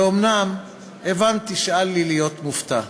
ואומנם הבנתי שאל לי להיות מופתע.